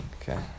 Okay